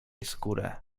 skórę